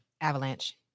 Avalanche